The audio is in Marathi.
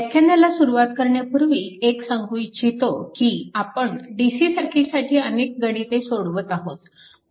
व्याख्यानाला सुरुवात करण्यापूर्वी एक सांगू इच्छितो की आपण DC सर्किटसाठी अनेक गणिते सोडवत आहोत